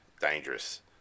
dangerous